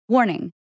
Warning